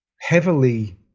heavily